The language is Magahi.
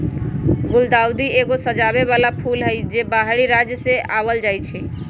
गुलदाऊदी एगो सजाबे बला फूल हई, जे बाहरी राज्य से आनल जाइ छै